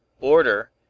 order